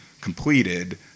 completed